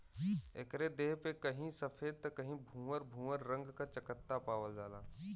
एकरे देह पे कहीं सफ़ेद त कहीं भूअर भूअर रंग क चकत्ता पावल जाला